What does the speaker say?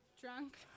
Drunk